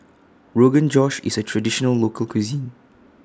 Rogan Josh IS A Traditional Local Cuisine